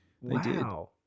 Wow